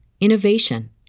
innovation